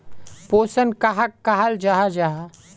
पोषण कहाक कहाल जाहा जाहा?